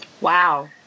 wow